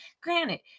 Granted